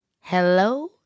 hello